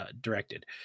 directed